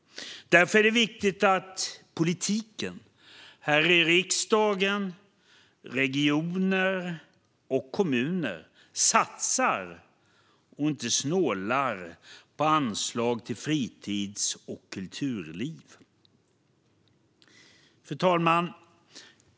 Därför är det viktigt att politiken här i riksdagen, i regioner och i kommuner satsar och inte snålar på anslag till fritids och kulturliv. Fru talman!